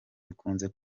bikunze